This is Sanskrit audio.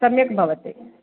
सम्यक् भवति